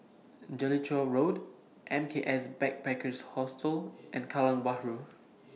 Jellicoe Road M K S Backpackers Hostel and Kallang Bahru